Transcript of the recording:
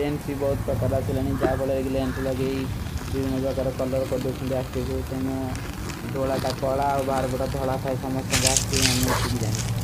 ଲେନ୍ସୀ ବହୁତ ପରକାରଣା ସେ ଲଡୀଂ ଜାବ ଅଲେ ଲେନ୍ସ ଲଗୀ ଵିଵୀନୋଂ। ବାକର କଲୋର ପଢୋ ଚୁନ୍ଦେ ଆଖେଗୋ ତେନୋ ଡଲା ଟା କଲା ବାର ବଡା ଦ୍ଧଲା ଥାଈ ସମସ୍ତଂଗ ଆଖେ ମୈଂ ଇତୀ କୀ ଜାନୀ ଥୀ।